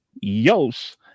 yos